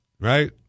right